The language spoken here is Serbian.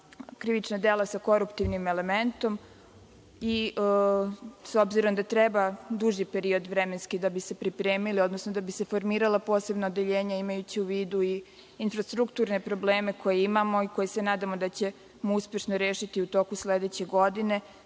krivična dela sa koruptivnim elementom. S obzirom da treba duži vremenski period da bi se pripremili, odnosno da bi se formirala posebno odeljenje, imajući u vidu i infrastrukturne probleme koje imamo i koje se nadamo da ćemo uspešno rešiti u toku sledeće godine.